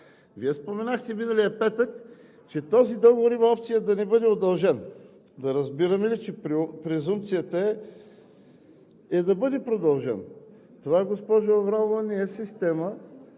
Вие споменахте миналия петък, че този договор има опция да не бъде удължен. Да разбираме ли, че презумпцията е да бъде продължен? Госпожо Аврамова, това не е система,